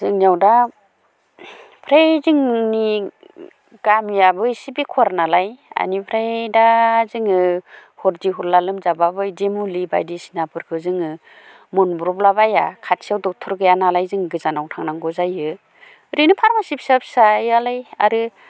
जोंनियाव दा फ्राय जोंनि गामियाबो एसे बेकवार्द नालाय बेनिफ्राय दा जोङो हरदि हरला लोमजाबाबो बिदि मुलि बायदिसिनाफोरखौ जोङो मोनब्र'बला बाया खाथियाव दक्ट'र गैया नालाय जों गोजानाव थांनांगौ जायो ओरैनो फार्मासि फिसा फिसायालाय आरो